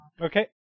Okay